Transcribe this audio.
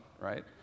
right